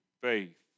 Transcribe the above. faith